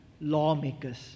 lawmakers